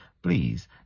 Please